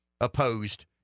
opposed